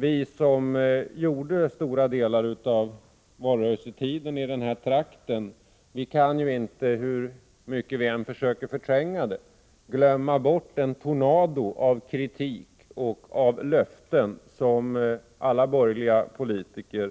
Vi som tillbringade stora delar av valrörelsetiden i den trakten kan inte, hur mycket vi än försöker förtränga det, glömma bort den tornado av kritik och löften som svepte fram över alla borgerliga politiker